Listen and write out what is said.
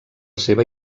seva